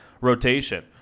rotation